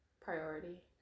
Priority